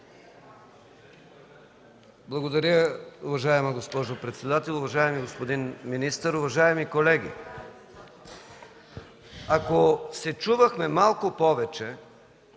Благодаря, уважаема госпожо председател. Уважаеми господин министър! Уважаеми колеги, ако се чувахме малко повече,